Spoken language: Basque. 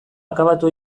akabatu